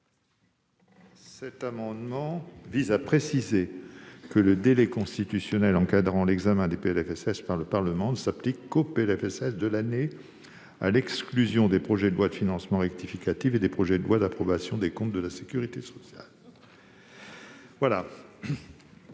Cet amendement vise à préciser que les délais constitutionnels encadrant l'examen des PLFSS par le Parlement ne s'appliquent qu'au PLFSS de l'année, à l'exclusion des projets de loi de finances rectificative et des projets de loi d'approbation des comptes de la sécurité sociale. Quel